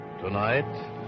Tonight